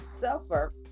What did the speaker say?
suffer